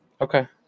okay